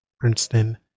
Princeton